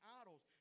idols